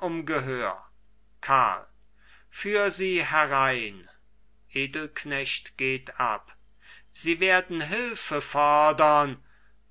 um gehör karl führ sie herein edelknecht geht ab sie werden hülfe fodern